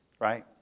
right